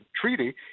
treaty